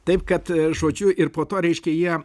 taip kad žodžiu ir po to reiškia jie